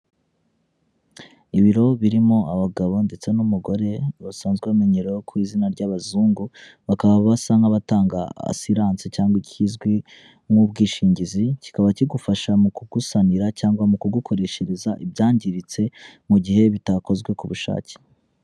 Ibiro birimo abagabo ndetse n'umugore basanzwe bamenyeraho ku izina ry'abazungu, bakaba basa nk'abatanga asiranse cyangwa ikizwi nk'ubwishingizi, kikaba kigufasha mu kugusanira cyangwa mu kugukoreshereza ibyangiritse mu gihe bitakozwe ku bushake.